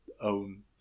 own